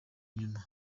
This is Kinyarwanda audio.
inyuma